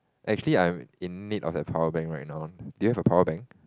actually I'm in need of a powerbank right now do you have a powerbank